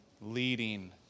Leading